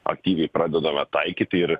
aktyviai pradedame taikyti ir